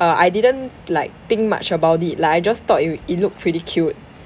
err I didn't like think much about it lah I just thought it w~ it looked pretty cute